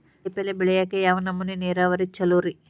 ಕಾಯಿಪಲ್ಯ ಬೆಳಿಯಾಕ ಯಾವ್ ನಮೂನಿ ನೇರಾವರಿ ಛಲೋ ರಿ?